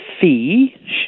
fee